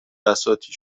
بساطی